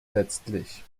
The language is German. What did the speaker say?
letztlich